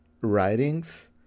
writings